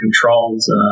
controls